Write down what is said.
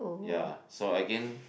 ya so again